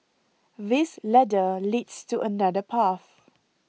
this ladder leads to another path